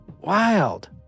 Wild